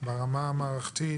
ברמה המערכתית,